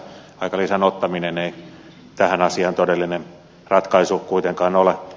aikalisän ottaminen ei tähän asiaan todellinen ratkaisu kuitenkaan ole